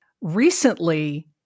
Recently